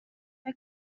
فکر